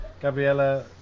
Gabriella